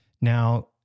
Now